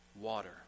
water